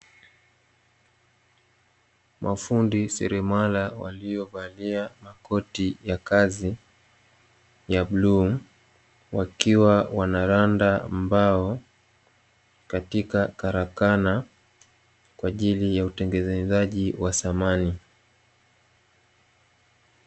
Mafundi seremala waliovalia makoti ya kazi ya bluu, wakiwa wanaranda mbao katika karakana, kwa ajili ya utengenezaji wa samani.